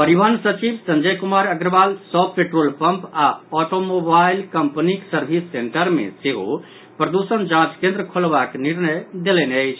परिवहन सचिव संजय कुमार अग्रवाल सभ पेट्रोल पम्प आओर ऑटोमोबाईल कम्पनीक सर्विस सेंटर मे सेहो प्रद्षण जांच केन्द्र खोलबाक निर्देश देलनि अछि